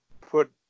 put